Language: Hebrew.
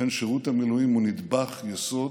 לכן שירות המילואים הוא נדבך יסוד